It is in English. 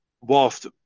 whilst